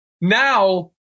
now